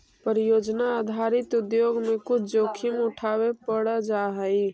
परियोजना आधारित उद्योग में कुछ जोखिम उठावे पड़ जा हई